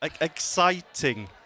Exciting